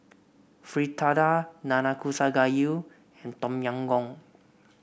Fritada Nanakusa Gayu and Tom Yam Goong